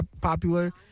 popular